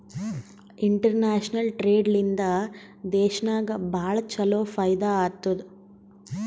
international trade ಲಿಂದಾ ದೇಶನಾಗ್ ಭಾಳ ಛಲೋ ಫೈದಾ ಆತ್ತುದ್